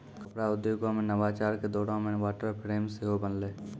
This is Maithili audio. कपड़ा उद्योगो मे नवाचार के दौरो मे वाटर फ्रेम सेहो बनलै